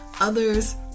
others